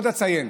עוד אציין